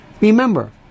Remember